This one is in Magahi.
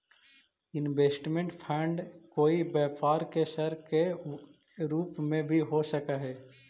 इन्वेस्टमेंट फंड कोई व्यापार के सर के रूप में भी हो सकऽ हई